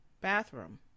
Bathroom